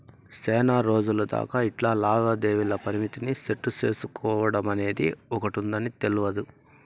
సేనారోజులు దాకా ఇట్లా లావాదేవీల పరిమితిని సెట్టు సేసుకోడమనేది ఒకటుందని తెల్వదు